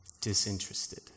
disinterested